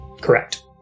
Correct